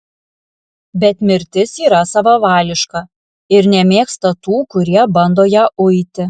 bet mirtis yra savavališka ir nemėgsta tų kurie bando ją uiti